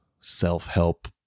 self-help